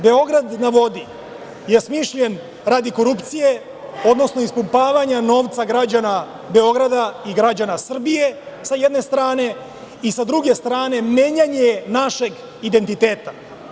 Beograd na vodi“ je smišljen radi korupcije, odnosno ispumpavanja novca građana Beograda i građana Srbije, sa jedne strane i sa druge strane menjanje našeg identiteta.